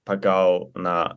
pagal na